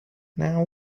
now